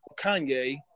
Kanye